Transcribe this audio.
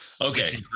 Okay